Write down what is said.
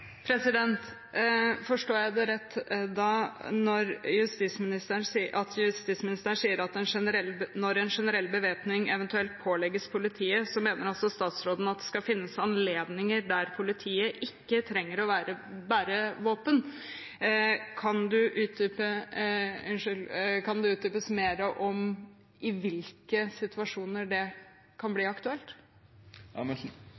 Forstår jeg justisministeren rett hvis jeg da forstår ham dit hen at han mener at når en generell bevæpning eventuelt pålegges politiet, så mener han at det skal finnes anledninger der politiet ikke trenger å bære våpen? Kan justisministeren utdype i hvilke situasjoner det kan bli aktuelt? Som jeg viste til i